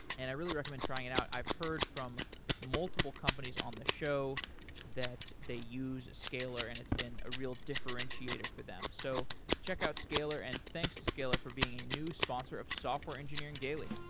and i really recommend trying it out. i've heard from multiple companies on the show that they use scalyr and it's been a real differentiator for them. so check out scalyr, and thanks to scalyr for being a new sponsor of software engineering daily